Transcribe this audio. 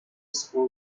school